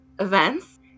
events